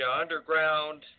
Underground